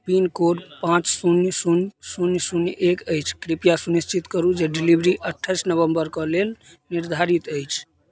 pin code पाँच शून्य शून्य शून्य शून्य एक अछि कृपया सुनिश्चित करू जे डिलीवरी अठ्ठाइस नवम्बर कऽ लेल निर्धारित अछि